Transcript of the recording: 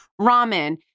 ramen